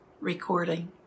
recording